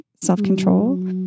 self-control